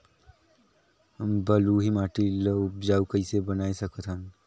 बलुही माटी ल उपजाऊ कइसे बनाय सकत हन?